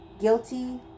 guilty